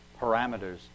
parameters